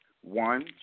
One